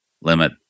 limit